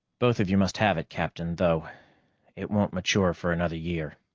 both of you must have it, captain, though it won't mature for another year.